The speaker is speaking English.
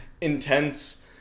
intense